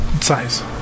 size